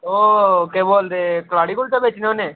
ओह् केह् बोलदे कलाड़ी कुल्चा बेचने होने